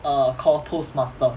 err called toastmaster